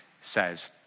says